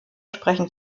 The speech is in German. sprechen